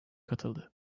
katıldı